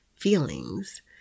feelings